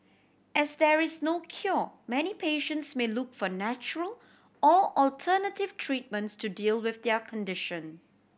as there is no cure many patients may look for natural or alternative treatments to deal with their condition